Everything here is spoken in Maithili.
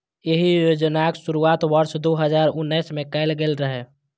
एहि योजनाक शुरुआत वर्ष दू हजार उन्नैस मे कैल गेल रहै